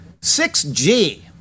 6G